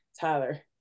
Tyler